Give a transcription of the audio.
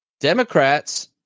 Democrats